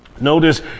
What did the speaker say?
notice